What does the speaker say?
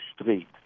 street